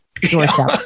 doorstep